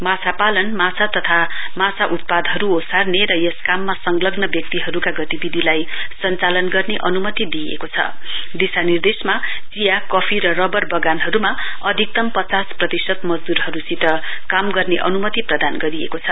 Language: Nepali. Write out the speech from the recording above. माछा पालन माछा तथा माछा उत्पादहरू ओसार्न र यस काममा सलंग्न व्यक्तिहरूका गतिविधिलाई सञचालन गर्ने अनुमति दिइएको छ दिशानिर्देशमा चिया कफी र रवर वगानहरूमा अधिकतम पचास प्रतिशत मजदूरहरूसित काम गर्ने अनुमति प्रदान गरिएको छ